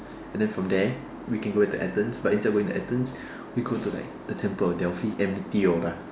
and then from there we can go to Athens but instead of going to Athens we can go to temple of delphi and meteora